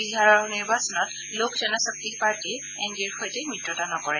বিহাৰৰ নিৰ্বাচনত লোক জনশক্তি পাৰ্টীয়ে এন ডি এৰ সৈতে মিত্ৰতা নকৰে